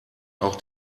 auch